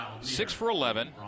Six-for-eleven